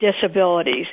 disabilities